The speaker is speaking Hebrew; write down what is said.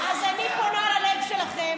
אז אני פונה ללב שלכם,